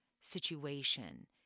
situation